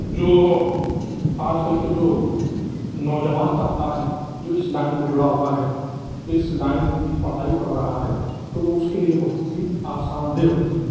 جو آج کل کے جو نوجوان طبقہ ہے جو اس لائن میں جڑا ہوا ہے اس لائن کی پڑھائی پڑھ رہا ہے تو وہ اس کے لیے بہت ہی آسان دہ ہوتی ہیں